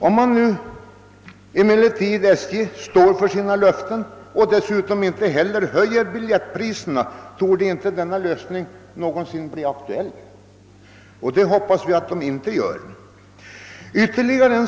Om SJ emellertid nu står för sina löften och dessutom inte heller höjer biljettpriserna, torde denna lösning inte någonsin behöva bli aktuell, och vi hoppas att så inte heller blir fallet.